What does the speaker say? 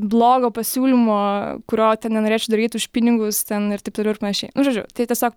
blogo pasiūlymo kurio ten nenorėčiau daryt už pinigus ten ir taip toliau ir panašiai nu žodžiu tai tiesiog